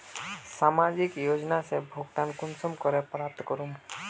सामाजिक योजना से भुगतान कुंसम करे प्राप्त करूम?